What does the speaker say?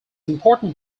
important